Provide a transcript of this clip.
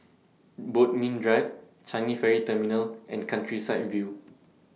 Bodmin Drive Changi Ferry Terminal and Countryside View